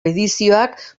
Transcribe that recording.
edizioak